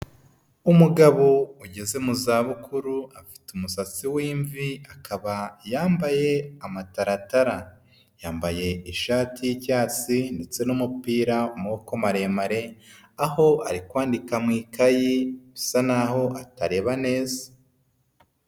Umugabo ugeze mu za bukuru afite umusatsi w'imvi akaba yambaye amataratara, yambaye ishati y'icyatsi ndetse n'umupira w'amaboko maremare aho ari kwandika mu ikayi bisa naho atareba neza.